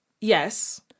Yes